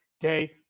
day